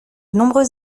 nombreux